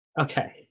Okay